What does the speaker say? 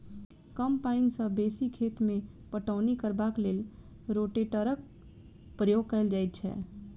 कम पाइन सॅ बेसी खेत मे पटौनी करबाक लेल रोटेटरक प्रयोग कयल जाइत छै